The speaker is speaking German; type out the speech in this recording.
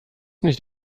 nicht